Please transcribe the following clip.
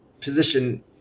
position